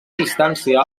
distància